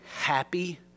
happy